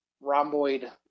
rhomboid